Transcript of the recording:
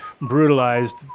brutalized